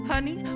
Honey